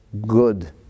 good